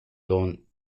donnes